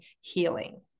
healing